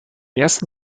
ersten